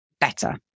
better